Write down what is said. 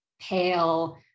pale